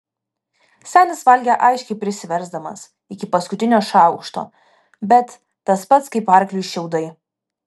senis valgė aiškiai prisiversdamas iki paskutinio šaukšto bet tas pats kaip arkliui šiaudai